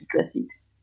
Classics